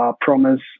Promise